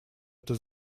это